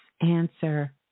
answer